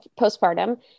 postpartum